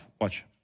Watch